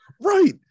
Right